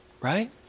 right